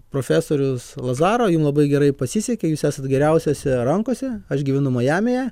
profesorius lazaro jum labai gerai pasisekė jūs esat geriausiose rankose aš gyvenu majamyje